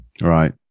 right